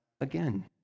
again